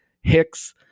Hicks